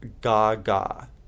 Gaga